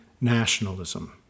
nationalism